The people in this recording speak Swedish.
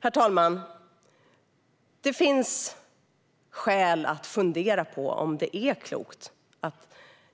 Herr talman! Det finns skäl att fundera på om det är klokt att